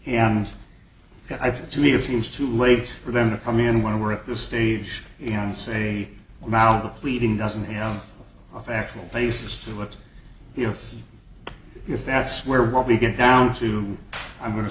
and i think to me it seems too late for them to come in when we're at the stage and say well now the pleading doesn't you know of actual basis to it you know if that's where we get down to i'm going to